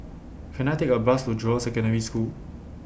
Can I Take A Bus to Jurong Secondary School